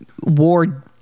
war